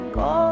go